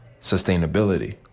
sustainability